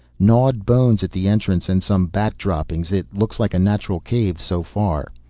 gnawed bones at the entrance and some bat droppings. it looks like a natural cave so far.